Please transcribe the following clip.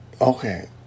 Okay